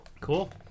cool